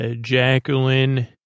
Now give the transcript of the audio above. Jacqueline